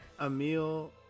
Emil